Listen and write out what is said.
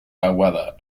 aguada